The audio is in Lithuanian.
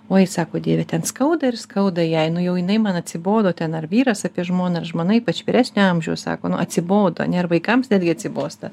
oi sako dieve ten skauda ir skauda jai nu jau jinai man atsibodo ten ar vyras apie žmoną ar žmona ypač vyresnio amžiaus sako nu atsibodo ane ir vaikams netgi atsibosta